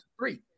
three